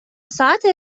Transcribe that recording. ساعت